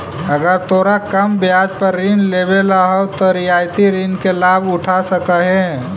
अगर तोरा कम ब्याज पर ऋण लेवेला हउ त रियायती ऋण के लाभ उठा सकऽ हें